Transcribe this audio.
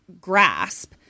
grasp